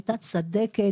הייתה צדקת,